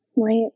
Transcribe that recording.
Right